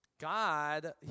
God